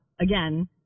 again